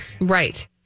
Right